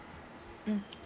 mm